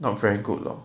not very good lor